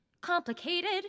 Complicated